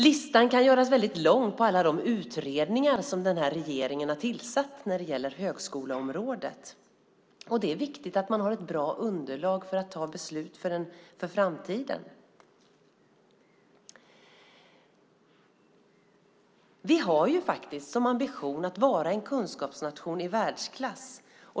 Listan kan göras väldigt lång på alla de utredningar som den här regeringen har tillsatt när det gäller högskoleområdet. Det är viktigt att man har ett bra underlag för att fatta beslut för framtiden. Vi har som ambition att vara en kunskapsnation i världsklass.